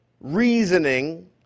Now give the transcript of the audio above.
reasoning